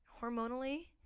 hormonally